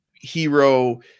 hero